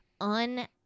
on